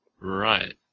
Right